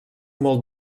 molt